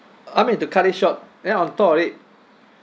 I mean to cut it short then on top of it